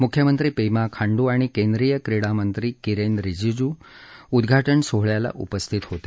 मुख्यमंत्री पेमा खांडू आणि केंद्रीय क्रीडामंत्री किरेन रिजिजू उद्घाटन सोहळ्याला उपस्थित होते